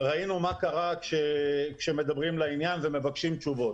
ראינו מה קרה כשמדברים לעניין ומבקשים תשובות.